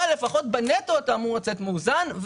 אבל לפחות בנטו אתה אמור לצאת מאוזן,